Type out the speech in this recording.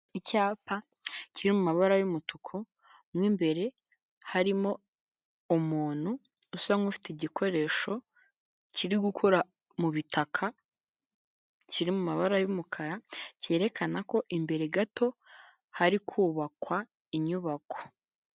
Icyapa kiri mu mabara y'umutuku mo imbere harimo umuntu usa nk'ufite igikoresho kiri gukora mu bitaka kiri mu mabara y'umukara, cyerekana ko imbere gato hari kubakwa inyubako.